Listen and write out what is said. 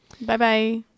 bye-bye